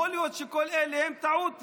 יכול להיות שכל אלה הם טעות סטטיסטית,